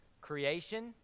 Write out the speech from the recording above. Creation